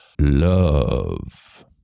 love